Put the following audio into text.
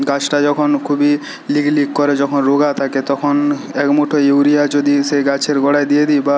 গাছটা যখন খুবই লিকলিক করে যখন রোগা থাকে তখন একমুঠো ইউরিয়া যদি সে গাছের গোড়ায় দিয়ে দিই বা